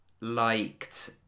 liked